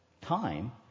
time